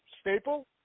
staple